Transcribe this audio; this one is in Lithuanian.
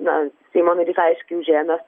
na seimo narys aiškiai užėmęs